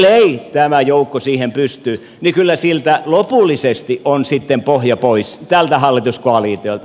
ellei tämä joukko siihen pysty niin kyllä siltä lopullisesti on sitten pohja pois tältä hallituskoalitiolta